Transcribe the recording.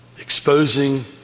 exposing